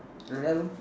hello